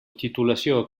titulació